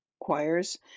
choirs